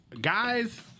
guys